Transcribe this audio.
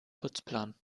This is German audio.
putzplan